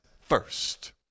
first